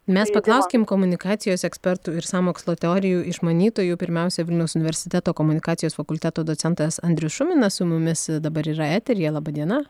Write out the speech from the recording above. mes paklauskim komunikacijos ekspertų ir sąmokslo teorijų išmanytojų pirmiausia vilniaus universiteto komunikacijos fakulteto docentas andrius šuminas su mumis dabar yra eteryje laba diena